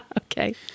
okay